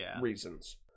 reasons